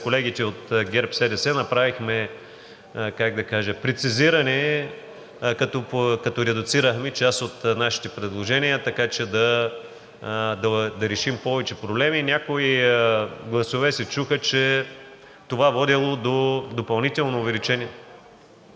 колегите от ГЕРБ-СДС направихме, как да кажа, прецизиране, като редуцирахме част от нашите предложения, така че да решим повече проблеми. Някои гласове се чуха, че това водело до допълнително увеличение.